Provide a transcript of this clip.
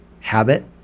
habit